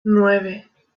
nueve